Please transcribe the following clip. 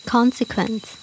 Consequence